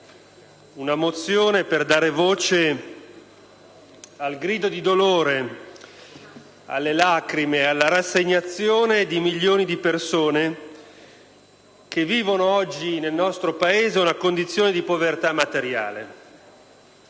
una mozione per dare voce al grido di dolore, alle lacrime, alla rassegnazione di milioni di persone che vivono oggi nel nostro Paese una condizione di povertà materiale.